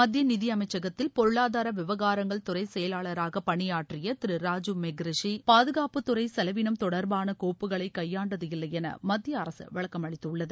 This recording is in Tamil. மத்திய நிதியமைச்சகத்தில் பொருளாதார விவகாரங்கள் துறை செயலாளராக பணியாற்றிய திரு ராஜீவ் மெஹ்ரிஷி பாதுகாப்பு துறை செலவினம் தொடர்பான கோப்புகளை கைபாண்டது இல்லை என மத்திய அரக விளக்கமளித்துள்ளது